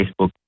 Facebook